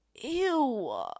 Ew